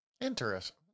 Interesting